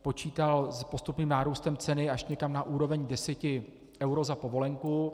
Počítal s postupným nárůstem ceny až někam na úroveň deseti eur za povolenku.